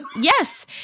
yes